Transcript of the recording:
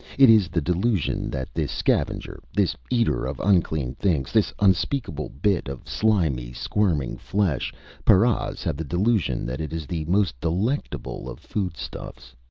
it is the delusion that this scavenger, this eater of unclean things, this unspeakable bit of slimy, squirming flesh paras have the delusion that it is the most delectable of foodstuffs!